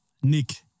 Nick